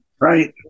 Right